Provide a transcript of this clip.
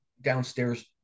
downstairs